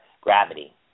Gravity